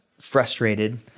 frustrated